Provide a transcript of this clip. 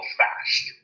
fast